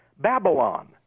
Babylon